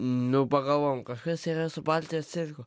nu pagalvojom kažkas yra su baltijos cirku